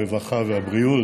הרווחה והבריאות,